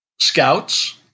scouts